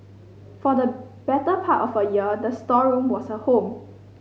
for the better part of a year the storeroom was her home